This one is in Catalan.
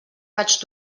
vaig